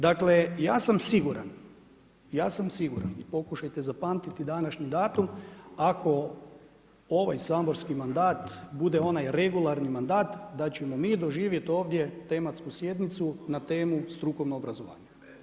Dakle, ja sam siguran, ja sam siguran, pokušajte zapamtiti današnji datum, ako ovaj saborskih mandat bude onaj regularni mandat da ćemo mi doživjeti ovdje tematsku sjednicu na temu strukovno obrazovanje.